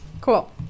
cool